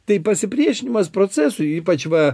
tai pasipriešinimas procesui ypač va